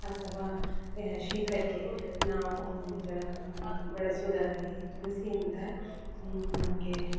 ಅಥವಾ ಶೀತಕ್ಕೆ ನಾವು ಜ ಬಳಸುವುದಾದ್ರೆ ಈ ತುಳಸಿಯಿಂದ ನಮಗೆ